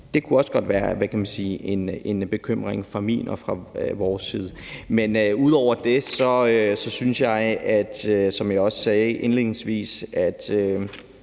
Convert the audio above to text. Det kunne også godt være en bekymring fra vores side. Udover det synes jeg, som jeg også sagde indledningsvis,